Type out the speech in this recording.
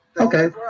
Okay